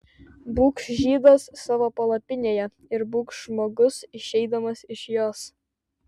būk žydas savo palapinėje ir būk žmogus išeidamas iš jos